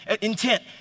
intent